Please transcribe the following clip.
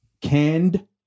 canned